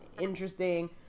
interesting